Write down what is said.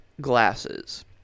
glasses